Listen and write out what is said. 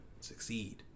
succeed